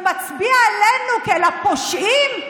אבל כשמישהו אחר עושה טעות ומצביע עלינו כעל הפושעים,